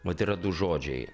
vat yra du žodžiai